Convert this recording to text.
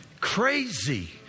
crazy